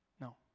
No